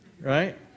Right